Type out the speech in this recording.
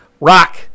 Rock